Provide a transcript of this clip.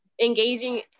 engaging